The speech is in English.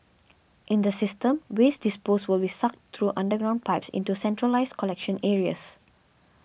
in the system waste disposed will be sucked through underground pipes into centralised collection areas